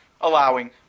allowing